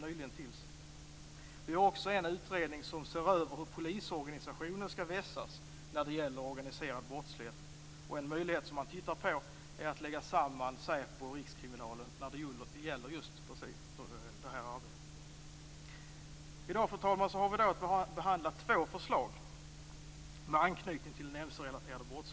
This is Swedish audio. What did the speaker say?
Det finns också en utredning som ser över hur polisorganisationen skall vässas när det gäller organiserad brottslighet. En möjlighet som man tittar närmare på är att lägga samman Säpo och Rikskriminalen när det gäller just detta arbete. I dag, fru talman, har vi att behandla två förslag med anknytning till den mc-relaterade brottsligheten.